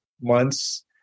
months